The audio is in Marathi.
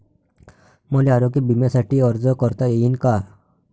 मले आरोग्य बिम्यासाठी अर्ज करता येईन का?